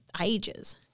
ages